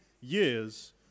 years